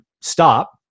stop